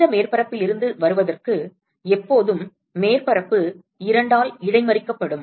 இந்த மேற்பரப்பில் இருந்து வருவதற்கு எப்போதும் மேற்பரப்பு இரண்டால் இடைமறிக்கப்படும்